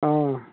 हँ